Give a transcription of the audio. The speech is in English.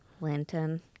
Linton